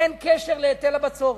אין קשר להיטל הבצורת.